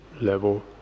level